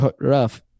rough